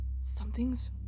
Something's